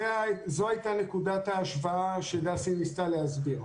זו הייתה נקודת ההשוואה שדסי ניסתה להסביר.